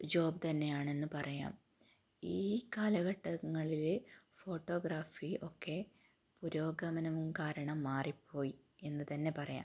job തന്നെയാണെന്ന് പറയാം ഈ കാലഘട്ടങ്ങളിൽ ഫോട്ടോഗ്രാഫി ഒക്കെ പുരോഗമനം കാരണം മാറിപ്പോയി എന്ന് തന്നെ പറയാം